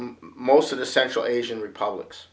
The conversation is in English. most of the central asian republics